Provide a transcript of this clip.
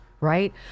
right